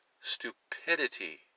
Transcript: stupidity